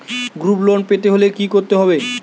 Group loan পেতে হলে কি করতে হবে?